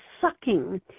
sucking